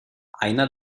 einer